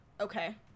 okay